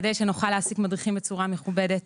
כדי שנוכל להעסיק מדריכים בצורה מכובדת